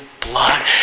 blood